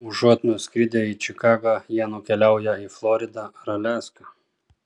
užuot nuskridę į čikagą jie nukeliauja į floridą ar aliaską